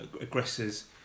aggressors